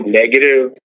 negative